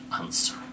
answer